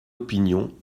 opinion